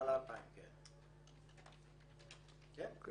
מעל 2,000. כן.